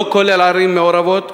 לא כולל ערים מעורבות.